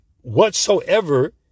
whatsoever